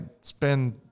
spend